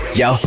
yo